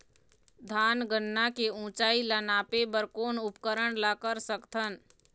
धान गन्ना के ऊंचाई ला नापे बर कोन उपकरण ला कर सकथन?